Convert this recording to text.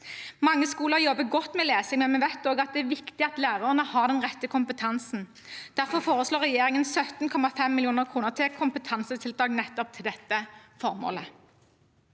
Mange skoler jobber godt med lesing, men vi vet også at det er viktig at lærerne har den rette kompetansen. Derfor foreslår regjeringen 17,5 mill. kr til kompetansetiltak nettopp til dette formålet.